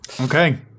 Okay